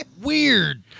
Weird